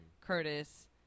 Curtis